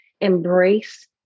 embrace